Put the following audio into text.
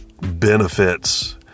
benefits